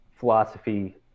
Philosophy